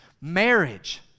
marriage